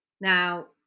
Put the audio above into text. Now